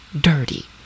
dirty